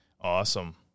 Awesome